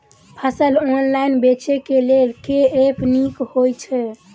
फसल ऑनलाइन बेचै केँ लेल केँ ऐप नीक होइ छै?